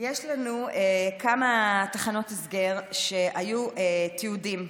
יש לנו כמה תחנות הסגר, והיו תיעודים.